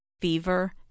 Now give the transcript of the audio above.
fever